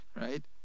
right